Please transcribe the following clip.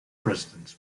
president